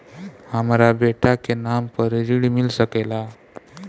हमरा बेटा के नाम पर ऋण मिल सकेला?